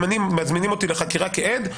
אם מזמינים אותי לחקירה כעד,